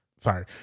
sorry